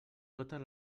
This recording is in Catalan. totes